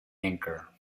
anchor